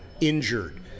injured